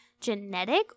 Genetic